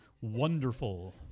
Wonderful